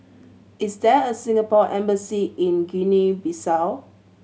is there a Singapore Embassy in Guinea Bissau